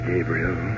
Gabriel